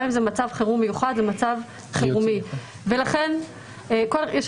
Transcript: גם אם זה מצב חירום מיוחד, זה מצב חירומי.